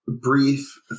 brief